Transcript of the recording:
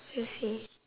okay